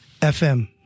FM